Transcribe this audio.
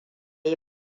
yi